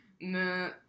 no